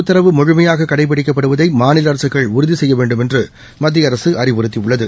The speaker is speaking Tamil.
உத்தரவு முழுமையாககடைபிடிப்பதைமாநிலஅரசுகள் உறுதிசெய்யவேண்டுமென்றுமத்தியஅரசுஅறிவுறுத்தியுள்ளது